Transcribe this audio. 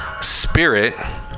spirit